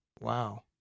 Wow